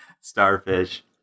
starfish